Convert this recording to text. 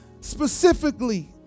specifically